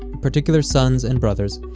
particular sons and brothers,